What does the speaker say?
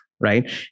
right